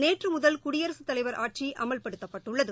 நேற்று முதல் குடியரசுத் தலைவர் ஆட்சி அமல்படுத்தப்பட்டுள்ளது